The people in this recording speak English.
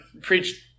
preached